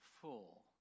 full